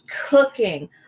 cooking